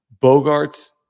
Bogarts